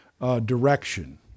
direction